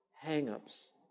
hang-ups